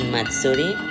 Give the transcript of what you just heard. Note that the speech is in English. Matsuri